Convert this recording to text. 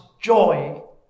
joy